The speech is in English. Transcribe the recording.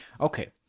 Okay